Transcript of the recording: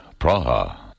Praha